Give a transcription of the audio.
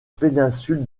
péninsule